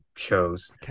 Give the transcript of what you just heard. shows